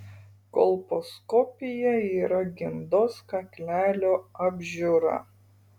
kolposkopija yra gimdos kaklelio apžiūra